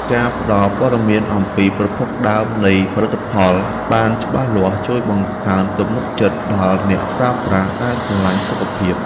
ការផ្តល់ព័ត៌មានអំពីប្រភពដើមនៃផលិតផលបានច្បាស់លាស់ជួយបង្កើនទំនុកចិត្តដល់អ្នកប្រើប្រាស់ដែលស្រឡាញ់សុខភាព។